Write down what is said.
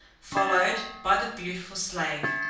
followed by the beautiful slave,